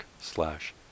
slash